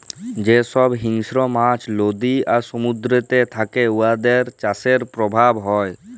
যে ছব হিংস্র মাছ লদী আর সমুদ্দুরেতে থ্যাকে উয়াদের চাষের পরভাব হ্যয়